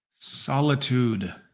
Solitude